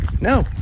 No